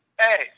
Hey